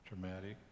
traumatic